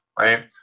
right